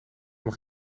nog